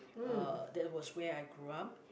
uh there was where I grew up